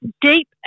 deep